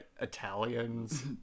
italians